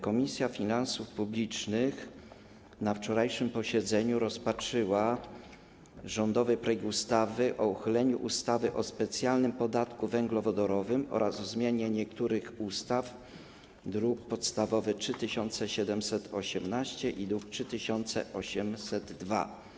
Komisja Finansów Publicznych na wczorajszym posiedzeniu rozpatrzyła rządowy projekt ustawy o uchyleniu ustawy o specjalnym podatku węglowodorowym oraz o zmianie niektórych ustaw, druk podstawowy nr 3718 i druk nr 3802.